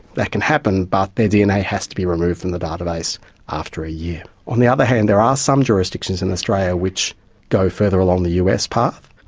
that can happen, but their dna has to be removed from the database after a year. on the other hand, there are some jurisdictions in australia which go further along the us path.